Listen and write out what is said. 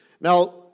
Now